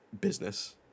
business